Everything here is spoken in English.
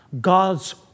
God's